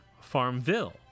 Farmville